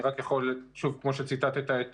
שוב, כמו שציטטת את